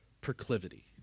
proclivity